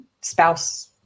spouse